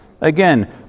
Again